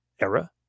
era